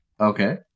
Okay